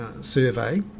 survey